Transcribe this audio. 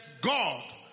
God